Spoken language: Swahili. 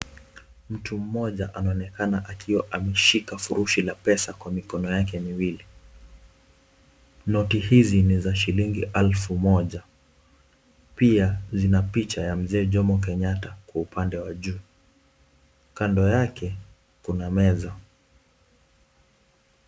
Mtu mmoja anaonekana akiwa ameshika furushi la pesa kwa mikono yake miwili. Noti hizi ni za shilingi elfu moja. Pia zina picha ya Mzee Jomo Kenyatta kwa upande wa juu. Kando yake kuna meza.